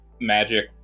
magic